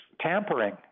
tampering